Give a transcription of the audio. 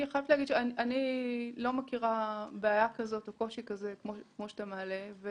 אני לא מכירה בעיה או קושי כמו שאתה מעלה.